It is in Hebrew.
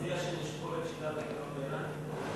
אתה מציע שנשקול את שיטת הבחירות האיראנית פה?